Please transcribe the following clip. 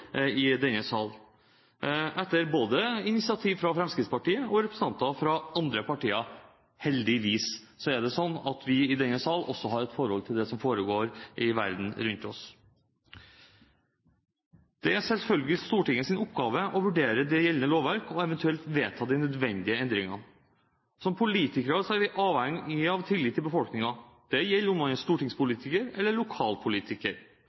i denne sal – etter initiativ både fra Fremskrittspartiet og andre partier. Heldigvis er det sånn at vi i denne sal også har et forhold til det som foregår i verden rundt oss. Det er selvfølgelig Stortingets oppgave å vurdere det gjeldende lovverk og eventuelt vedta de nødvendige endringer. Som politikere er vi avhengig av tillit i befolkningen. Det gjelder om man er stortingspolitiker eller lokalpolitiker.